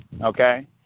Okay